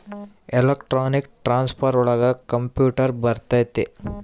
electronic transfer ಒಳಗ computer ಬರತೈತಿ